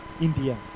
India